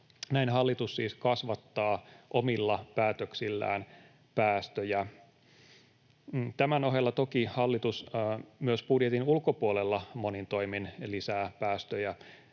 Näin hallitus siis kasvattaa omilla päätöksillään päästöjä. Tämän ohella toki hallitus myös budjetin ulkopuolella monin toimin lisää päästöjä.